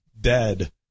dead